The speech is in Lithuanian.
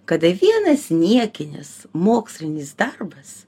kada vienas niekinis mokslinis darbas